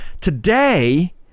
Today